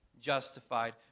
justified